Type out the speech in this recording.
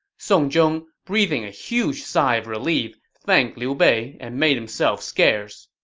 song zhong, breathing a huge sigh of relief, thanked liu bei and made himself scarce.